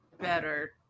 better